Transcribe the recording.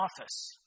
office